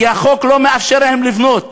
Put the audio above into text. כי החוק לא מאפשר להם לבנות,